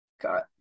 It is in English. got